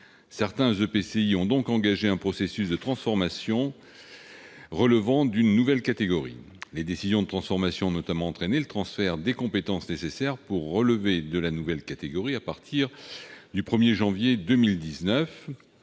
Certains EPCI ont donc engagé un processus de transformation en un EPCI relevant d'une nouvelle catégorie. Ces décisions de transformation ont notamment entraîné le transfert des compétences nécessaires pour relever de la nouvelle catégorie à partir du 1 janvier 2019.